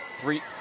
three